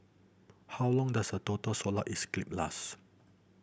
how long does a total solar last